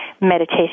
meditation